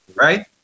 right